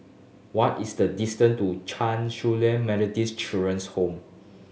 what is the distance to Chan Su Lan Methodist Children's Home